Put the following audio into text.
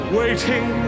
waiting